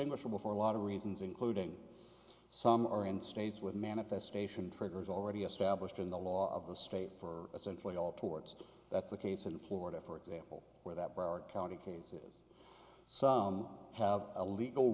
inguishable for a lot of reasons including some are in states with manifestation triggers already established in the law of the state for essentially all torts that's the case in florida for example where that broward county cases so have a legal